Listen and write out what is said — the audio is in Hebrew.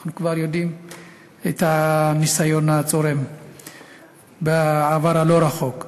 אנחנו כבר יודעים את הניסון הצורם בעבר הלא-הרחוק.